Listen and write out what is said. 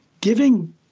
giving